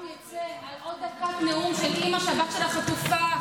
על עוד דקת נאום של אימא שהבת שלה חטופה.